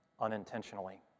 unintentionally